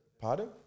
Pardon